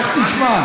איך תשמע?